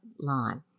lawn